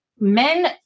men